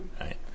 Right